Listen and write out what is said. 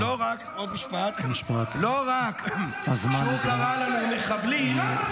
עוד משפט ------ לא רק שהוא קרא להם מחבלים,